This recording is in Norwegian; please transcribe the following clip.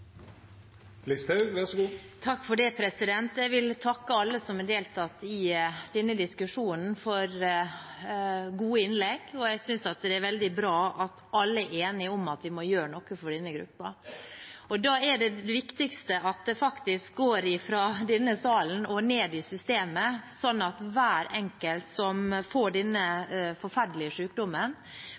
Jeg vil takke alle som har deltatt i denne diskusjonen, for gode innlegg, og jeg synes det er veldig bra at alle er enige om at vi må gjøre noe for denne gruppen. Da er det viktigste at det faktisk går fra denne salen og ned i systemet, sånn at hver enkelt som får denne forferdelige